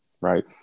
right